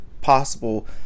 possible